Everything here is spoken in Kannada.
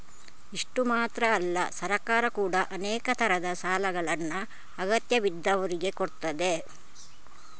ಇಷ್ಟು ಮಾತ್ರ ಅಲ್ಲ ಸರ್ಕಾರ ಕೂಡಾ ಅನೇಕ ತರದ ಸಾಲಗಳನ್ನ ಅಗತ್ಯ ಬಿದ್ದವ್ರಿಗೆ ಕೊಡ್ತದೆ